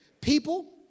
people